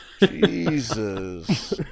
Jesus